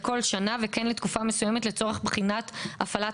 לכל שנה וכן לתקופה מסוימת לצורך בחינת הפעלת